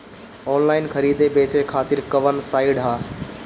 Online खरीदे बेचे खातिर कवन साइड ह?